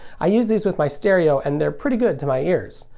i use these with my stereo, and they're pretty good to my ears.